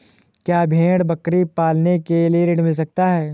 क्या भेड़ बकरी पालने के लिए ऋण मिल सकता है?